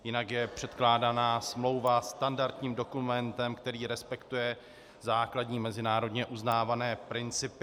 Jinak je předkládaná smlouva standardním dokumentem, který respektuje základní mezinárodně uznávané principy.